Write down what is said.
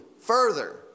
further